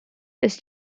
ist